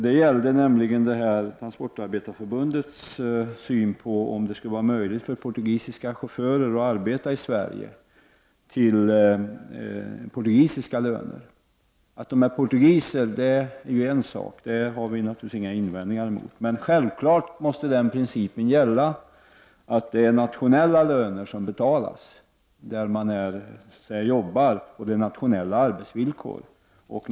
Den gällde Transportarbetareförbundets syn på om det skall vara möjligt för portugisiska chaufförer att arbeta i Sverige för portugisiska löner. Att chaufförerna är portugiser är ju en sak, och det har vi naturligtvis ingen invändning emot. Men självfallet måste den principen gälla, att det är nationella löner som betalas där man arbetar och nationella arbetsvillkor som gäller.